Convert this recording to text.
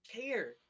care